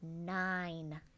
nine